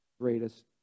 greatest